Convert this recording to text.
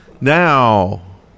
now